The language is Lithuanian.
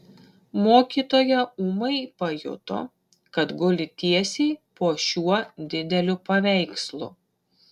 mokytoja ūmai pajuto kad guli tiesiai po šiuo dideliu paveikslu